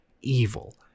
evil